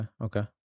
okay